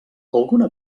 alguna